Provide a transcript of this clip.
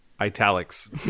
italics